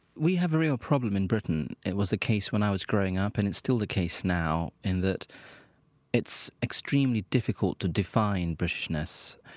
we have a real problem in britain. it was the case when i was growing up and it's and still the case now in that it's extremely difficult to define britishness.